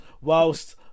Whilst